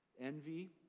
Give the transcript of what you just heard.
Envy